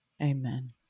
Amen